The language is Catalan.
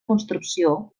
construcció